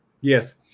Yes